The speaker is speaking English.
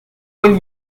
will